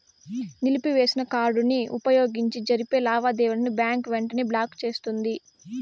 నిలిపివేసిన కార్డుని వుపయోగించి జరిపే లావాదేవీలని బ్యాంకు వెంటనే బ్లాకు చేస్తుంది